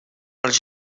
els